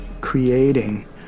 creating